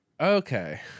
okay